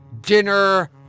Dinner